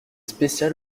spécial